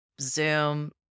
zoom